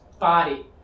body